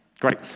Great